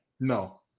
No